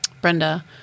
Brenda